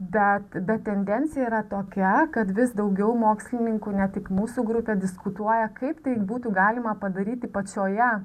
bet bet tendencija yra tokia kad vis daugiau mokslininkų ne tik mūsų grupė diskutuoja kaip tai būtų galima padaryti pačioje